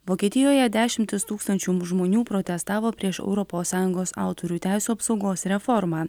vokietijoje dešimtys tūkstančių žmonių protestavo prieš europos sąjungos autorių teisių apsaugos reformą